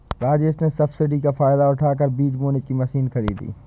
राजेश ने सब्सिडी का फायदा उठाकर बीज बोने की मशीन खरीदी